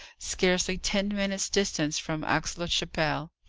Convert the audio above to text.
scarcely ten minutes' distance from aix-la-chapelle,